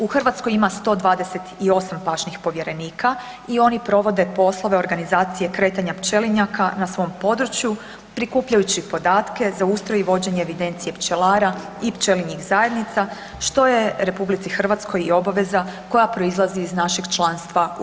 U Hrvatskoj ima 128 pašnih povjerenika i oni provode poslove organizacije kretanja pčelinjaka na svom području prikupljajući podatke za ustroj i vođenje evidencije pčelara i pčelinjih zajednica, što je RH i obaveza koja proizlazi iz našeg članstva u EU.